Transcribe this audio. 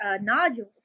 nodules